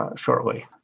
ah shortly.